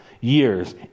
years